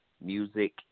music